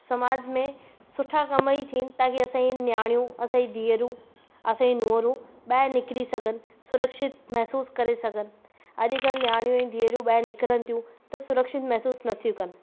समाज में सुठा कम ई थियन ताक़ी असांजे नियाणियूं असांजी धीअरियूं असांजी नूंहंरूं ॿाहिरि निकिरी सघनि सुरक्षित महिसूसु करे सघनि अॼुकल्ह नियाणियूं ऐं धीअरियूं ॿाहिरि निकिरनि थियूं त सुरक्षित महिसूसु नथियूं कनि